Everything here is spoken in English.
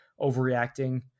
overreacting